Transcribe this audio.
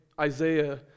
Isaiah